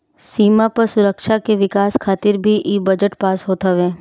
सीमा पअ सुरक्षा के विकास खातिर भी इ बजट पास होत हवे